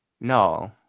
No